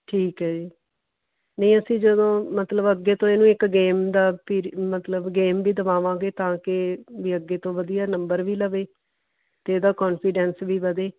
ਠੀਕ ਹੈ ਜੀ ਨਹੀਂ ਅਸੀਂ ਜਦੋਂ ਮਤਲਬ ਅੱਗੇ ਤੋਂ ਇਹਨੂੰ ਇੱਕ ਗੇਮ ਦਾ ਪੀਰੀ ਮਤਲਬ ਗੇਮ ਵੀ ਦਵਾਵਾਂਗੇ ਤਾਂ ਕਿ ਵੀ ਅੱਗੇ ਤੋਂ ਵਧੀਆ ਨੰਬਰ ਵੀ ਲਵੇ ਅਤੇ ਇਹਦਾ ਕੋਨਫੀਡੈਂਸ ਵੀ ਵਧੇ